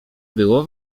było